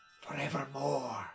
forevermore